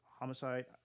Homicide